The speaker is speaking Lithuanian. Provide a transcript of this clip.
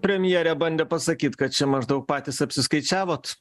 premjerė bandė pasakyt kad čia maždaug patys apsiskaičiavot